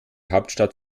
hauptstadt